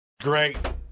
Great